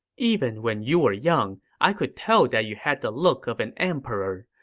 even when you were young, i could tell that you had the look of an emperor.